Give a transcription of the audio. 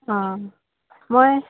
অঁ মই